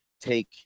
take